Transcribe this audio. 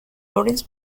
lawrence